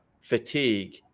fatigue